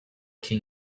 king